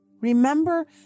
Remember